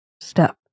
step